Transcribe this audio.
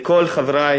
לכל חברי